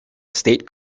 state